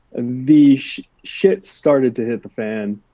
and the shit started to hit the fan,